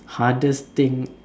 hardest thing um